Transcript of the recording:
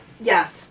Yes